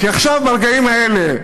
כי עכשיו ברגעים האלה,